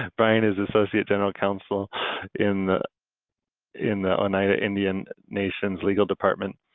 bryan is associate general counsel in the in the oneida indian nation's legal department.